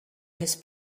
his